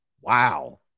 Wow